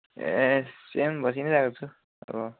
ए सेम बसी नै रहेको छु अब